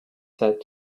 said